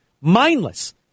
Mindless